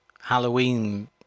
Halloween